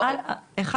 אחד,